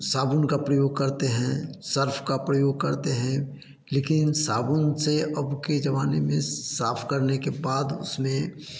साबुन का प्रयोग करते हैं सर्फ़ का प्रयोग करते हैं लेकिन साबुन से अब के ज़माने में साफ़ करने के बाद उसमें